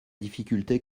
difficulté